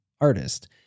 artist